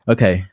Okay